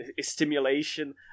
stimulation